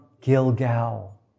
Gilgal